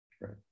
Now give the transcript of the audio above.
Right